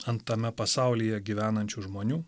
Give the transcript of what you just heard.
ant tame pasaulyje gyvenančių žmonių